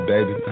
Baby